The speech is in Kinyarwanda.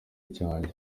cyanjye